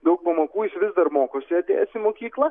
daug pamokų jis vis dar mokosi atėjęs į mokyklą